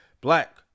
Black